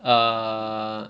err